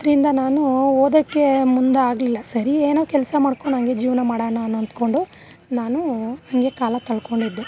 ಆದ್ರಿಂದ ನಾನು ಓದೋಕ್ಕೆ ಮುಂದೆ ಆಗ್ಲಿಲ್ಲ ಸರಿ ಏನೋ ಕೆಲ್ಸ ಮಾಡ್ಕೊಂಡು ಹಂಗೆ ಜೀವನ ಮಾಡೋಣ ಅನ್ ಅಂದ್ಕೊಂಡು ನಾನು ಹಂಗೆ ಕಾಲ ತಳ್ಕೊಂಡಿದ್ದೆ